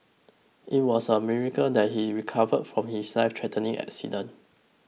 it was a miracle that he recovered from his life threatening accident